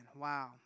wow